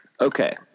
Okay